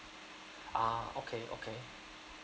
ah okay okay